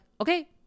okay